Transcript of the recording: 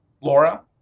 laura